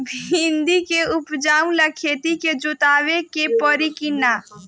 भिंदी के उपजाव ला खेत के जोतावे के परी कि ना?